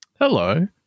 Hello